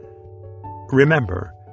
Remember